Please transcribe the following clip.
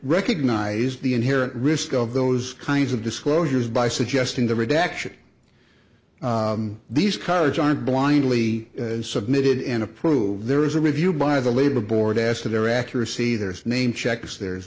recognizes the inherent risk of those kinds of disclosures by suggesting the redaction these cards aren't blindly submitted and approved there is a review by the labor board as to their accuracy there is name checks there